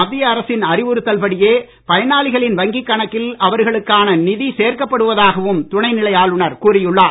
மத்திய அரசின் அறிவுறுத்தல் படியே பயணாளிகளின் வங்கிக் கணக்கில் அவர்களுக்கான நிதி சேர்க்கப்படுவதாகவும் துணைநிலை ஆளுநர் கூறியுள்ளார்